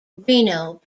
reno